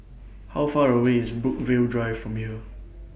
How Far away IS Brookvale Drive from here